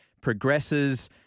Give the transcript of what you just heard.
progresses